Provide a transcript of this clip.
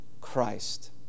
Christ